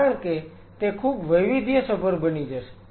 કારણ કે તે ખૂબ વૈવિધ્યસભર બની જશે